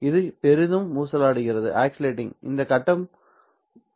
எது பெரிதும் ஊசலாடுகிறது இங்கே கட்டம் என்ன